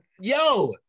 yo